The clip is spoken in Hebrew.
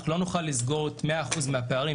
אך לא נוכל לסגור את 100% מהפערים,